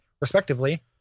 respectively